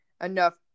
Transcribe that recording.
enough